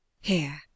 Here